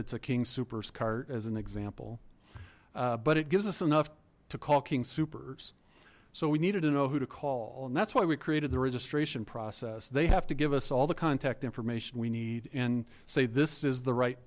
it's a king soopers cart as an example but it gives us enough to call king soopers so we needed to know who to call and that's why we created the registration process they have to give us all the contact information we need and say this is the right